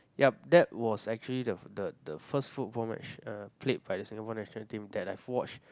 yup that was actually the the the first football match uh played by the Singapore national team that I've watched